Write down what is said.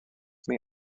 may